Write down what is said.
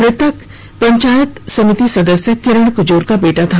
मृतक युवक पंचायत समिति सदस्य किरण क्जूर का बेटा था